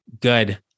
Good